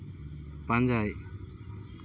ᱯᱟᱸᱡᱟᱭ